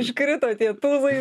iškrito tie tūzai